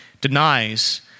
denies